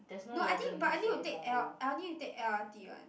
no I think but I need to take L I need to take L_R_T one